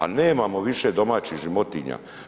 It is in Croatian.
A nemamo više domaćih životinja.